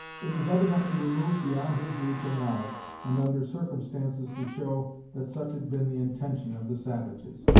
it was evidently removed beyond his reach and knowledge, and under circumstances to show that such had been the intention of the savages.